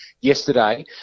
yesterday